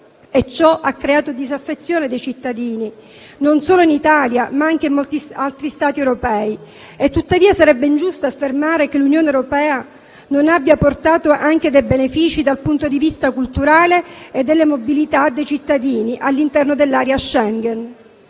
ciò ha creato disaffezione dei cittadini non solo in Italia, ma anche in molti altri Stati europei. Tuttavia, sarebbe ingiusto affermare che l'Unione europea non abbia portato anche dei benefici dal punto di vista culturale e della mobilità dei cittadini all'interno dello spazio Schengen.